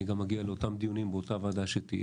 ה-5 ביולי 2021. אני רוצה לחדש את ישיבת הוועדה אנחנו ממשיכים